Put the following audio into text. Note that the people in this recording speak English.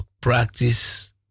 practice